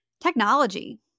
technology